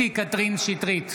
שטרית,